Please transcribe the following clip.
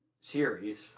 series